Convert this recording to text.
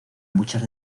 muchas